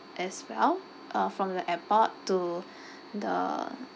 as well uh from the airport to the